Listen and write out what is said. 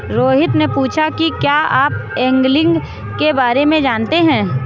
रोहित ने पूछा कि क्या आप एंगलिंग के बारे में जानते हैं?